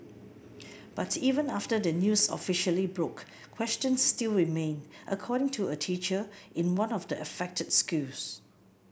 but even after the news officially broke questions still remain according to a teacher in one of the affected schools